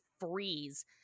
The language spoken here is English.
freeze